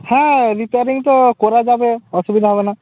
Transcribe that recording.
হ্যাঁ রিপেয়ারিং তো করা যাবে অসুবিধে হবে না